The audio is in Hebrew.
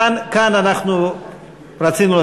אבל כאן אנחנו רצינו,